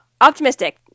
optimistic